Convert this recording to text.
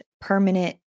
permanent